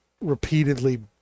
repeatedly